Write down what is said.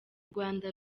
rwanda